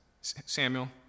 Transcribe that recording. Samuel